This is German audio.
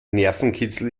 nervenkitzel